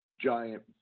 giant